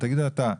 תגיד אתה,